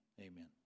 Amen